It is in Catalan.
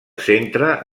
centre